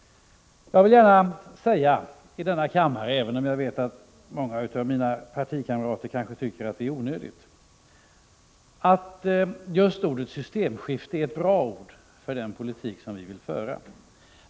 Jag vill i denna kammare gärna säga — även om jag vet att många av mina partikamrater kanske tycker att det är onödigt — att just ordet systemskifte är ett bra ord för den politik som vi vill föra.